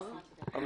אני